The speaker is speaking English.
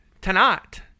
tonight